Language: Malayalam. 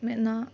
എന്ന